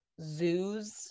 zoos